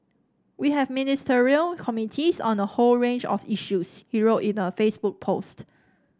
we have Ministerial Committees on the whole range of issues he wrote in a Facebook post